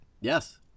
Yes